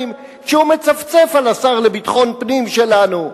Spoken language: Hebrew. כשהוא מצפצף על השר לביטחון פנים שלנו?